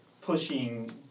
pushing